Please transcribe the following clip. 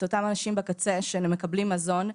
את אותם אנשים בקצה שמקבלים מזון,